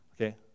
Okay